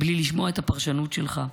בלי לשמוע את הפרשנות שלך.